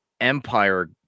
Empire